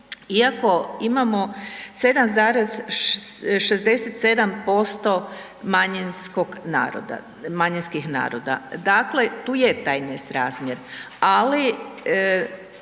naroda, manjinskih naroda. Dakle, tu je taj nesrazmjer, ali